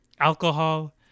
Alcohol